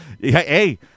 hey